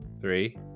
three